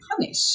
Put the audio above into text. punish